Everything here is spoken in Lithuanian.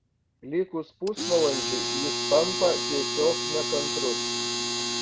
likus pusvalandžiui jis tampa tiesiog nekantrus